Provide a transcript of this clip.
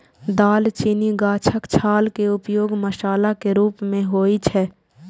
दालचीनी गाछक छाल के उपयोग मसाला के रूप मे होइ छै